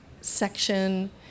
section